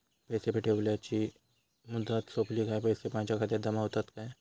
पैसे ठेवल्याची मुदत सोपली काय पैसे माझ्या खात्यात जमा होतात काय?